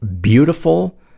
beautiful